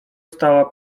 stała